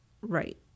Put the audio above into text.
right